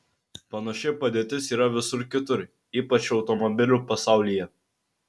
panaši padėtis yra visur kitur ypač automobilių pasaulyje